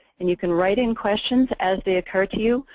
and you can write in questions as they occur to you.